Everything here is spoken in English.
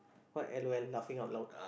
what L_O_L laughing out loud